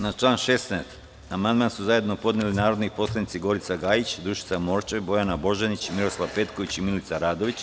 Na član 16. amandman su zajedno podneli narodni poslanici Gorica Gajić, Dušica Morčev, Bojana Božanić, Miroslav Petković i Milica Radović.